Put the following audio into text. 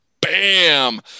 bam